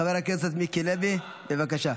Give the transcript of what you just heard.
חבר הכנסת מיקי לוי, בבקשה.